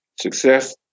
success